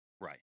Right